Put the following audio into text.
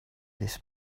this